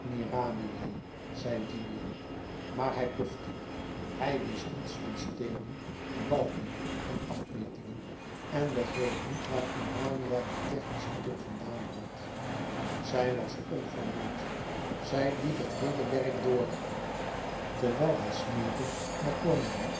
gilio maar hij pufte hij wist niets van steenen balken en afmetingen en begreep niet waar urania dien technischen blik vandaan had zij was onvermoeid zij liep het heele werk door terwijl hij smeekend naar cornélie